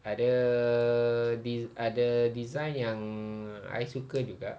ada des~ ada design yang I suka juga